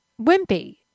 wimpy